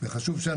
ואני רוצה שתבין,